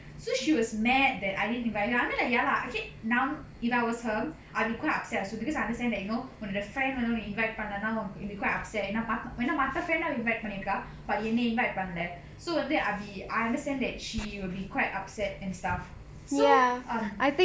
so she was mad that I didn't invite her I mean ya lah okay now if I was her I would be quite upset also because I understand that you know உன்னோட:unnoda friend வந்து உன்ன:vandhu unna invite பண்ணலேன:pannalena will be quite upset you know ஏன்னா மத்த:ennaa mattha friend அவ:ava invite பண்ணிருக்கா பாரு என்ன:pannirukkaa paaru enna invite பண்ணல:pannala so வந்து:vandhu I will be I understand that she will be quite upset and stuff so um